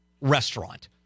restaurant